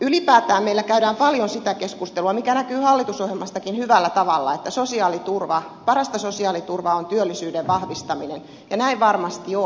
ylipäätään meillä käydään paljon sitä keskustelua mikä näkyy hallitusohjelmastakin hyvällä tavalla että parasta sosiaaliturvaa on työllisyyden vahvistaminen ja näin varmasti on